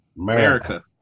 America